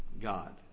God